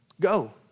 Go